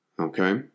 Okay